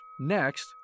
next